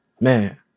man